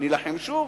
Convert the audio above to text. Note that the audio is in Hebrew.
נילחם שוב.